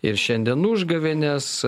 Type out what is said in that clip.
ir šiandien užgavėnės